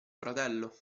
fratello